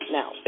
Now